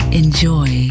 enjoy